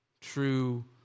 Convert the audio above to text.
true